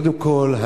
קודם כול,